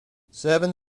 seven